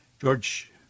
George